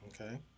Okay